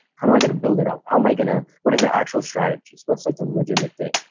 um am i going to build it up? how am i going to what are the actual strategies? what's like the legitimate thing,